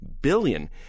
billion